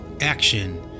action